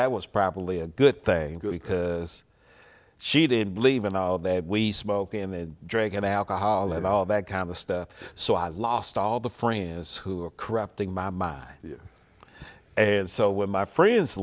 that was probably a good thing because she didn't believe in all that we smoke in the drug and alcohol and all that kind of stuff so i lost all the friends who were corrupting my mind and so were my friends